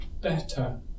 better